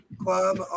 club